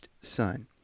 son